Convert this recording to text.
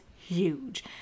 huge